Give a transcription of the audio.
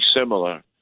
similar